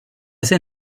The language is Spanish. ese